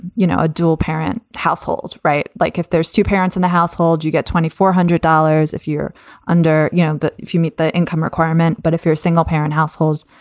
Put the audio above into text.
you know, a dual parent household. right. like, if there's two parents in the household, you get twenty four hundred dollars if you're under. yeah. you know but if you meet the income requirement. but if you're single parent households,